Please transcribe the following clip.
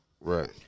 Right